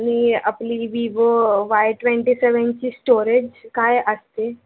आणि आपली Vivo Y twenty सेवनची स्टोरेज काय असते